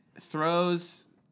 throws